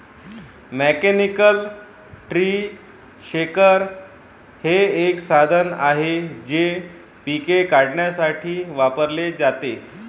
mechanical tree shaker हे एक साधन आहे जे पिके काढण्यासाठी वापरले जाते